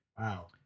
Wow